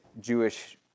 Jewish